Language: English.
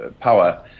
power